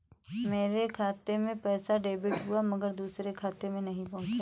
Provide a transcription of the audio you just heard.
मेरे खाते से पैसा डेबिट हुआ मगर दूसरे खाते में नहीं पंहुचा